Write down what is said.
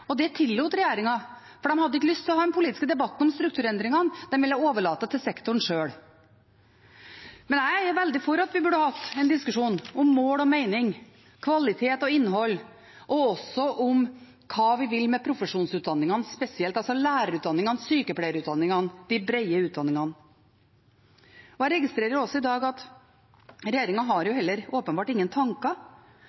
ville overlate det til sektoren sjøl. Jeg er veldig for at vi burde hatt en diskusjon om mål og mening, kvalitet og innhold og også hva vi vil med profesjonsutdanningene spesielt, altså lærerutdanningene og sykepleierutdanningene, de brede utdanningene. Jeg registrerer også i dag at regjeringen har